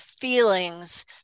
feelings